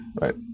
right